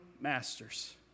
masters